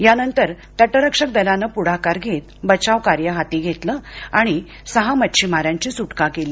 यानंतर तटरक्षक दलानं पुढाकार घेत बचाव कार्य हाती घेतलं आणि सहा मच्छीमारांची सुटका केली